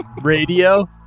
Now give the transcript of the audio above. Radio